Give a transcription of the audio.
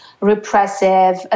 repressive